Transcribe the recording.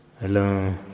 Hello